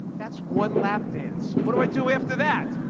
that's one lap dance. what do i do after that?